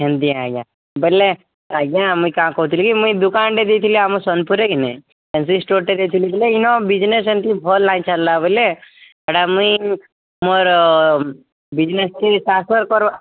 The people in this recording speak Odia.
ହେନ୍ତି ଆଜ୍ଞା ବୁଲେ ଆମେ ଆଜ୍ଞା ମୁଁ କାଁ କହୁଥିଲି ମୁଇଁ ଦୁକାନଟେ ଦେଇଥିଲି ଆମ ସୋନପୁରରେ କି ନାଇଁ ହେନ୍ତି ଷ୍ଟଲ୍ଟେ ଦେଇଥିଲି କି ନାଇଁ ବିଜନେସ୍ ହେନ୍ତି ଭଲ ନାଇଁ ଚାଲିଲା ବୁଲେ ହେଟା ମୁଇଁ ମୋର ବିଜନେସ୍କେ ଟ୍ରାନ୍ସଫର୍ କରବା